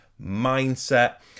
mindset